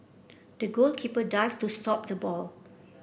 the goalkeeper dived to stop the ball